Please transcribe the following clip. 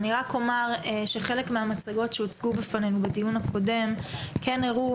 חלק מהמצגות שהוצגו בפנינו בדיון הקודם הראו